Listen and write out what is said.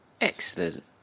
Excellent